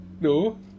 No